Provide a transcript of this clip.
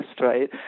right